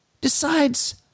decides